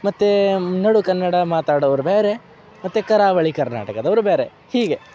ಮತ್ತು ನಡು ಕನ್ನಡ ಮಾತಾಡೋವ್ರು ಬೇರೆ ಮತ್ತು ಕರಾವಳಿ ಕರ್ನಾಟಕದವ್ರು ಬೇರೆ ಹೀಗೆ